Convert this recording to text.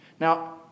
Now